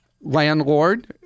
landlord